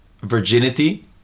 virginity